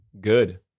good